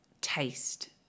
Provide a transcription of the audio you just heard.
taste